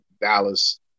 Dallas